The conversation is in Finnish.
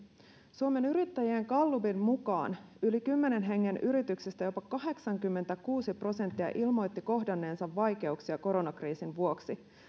suomen yrittäjien gallupin mukaan yli kymmenen hengen yrityksistä jopa kahdeksankymmentäkuusi prosenttia ilmoitti kohdanneensa vaikeuksia koronakriisin vuoksi